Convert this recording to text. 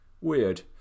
Weird